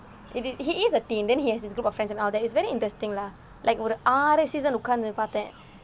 it is he is a teen then he has his group of friends and all that it's very interesting lah like ஒரு ஆரு:oru aaru season உட்கார்ந்து பார்த்தேன்:utkaarnthu parthen